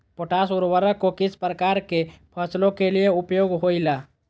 Potash उर्वरक को किस प्रकार के फसलों के लिए उपयोग होईला?